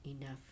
enough